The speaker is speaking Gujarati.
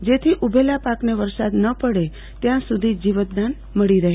જેથી ઉભેલા પાકને વરસાદ પડે ત્યાં સુધી જીવતદાન મળી રહે